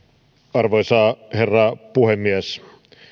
arvoisa herra puhemies